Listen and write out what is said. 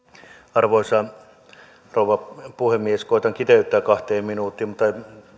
arvoisa rouva puhemies koetan kiteyttää kahteen minuuttiin saattaa olla että